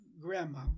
grandma